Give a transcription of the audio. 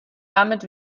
damit